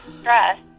stress